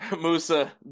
Musa